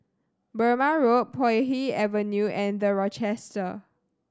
Burmah Road Puay Hee Avenue and The Rochester